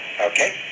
Okay